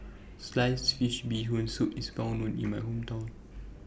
Sliced Fish Bee Hoon Soup IS Well known in My Hometown